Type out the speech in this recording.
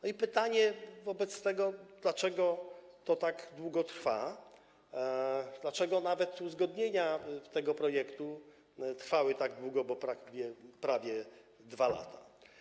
I pytanie wobec tego, dlaczego to tak długo trwa, dlaczego nawet uzgodnienia tego projektu trwały tak długo, bo prawie 2 lata.